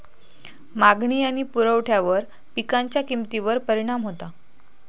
मागणी आणि पुरवठ्यावर पिकांच्या किमतीवर परिणाम होता